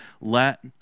let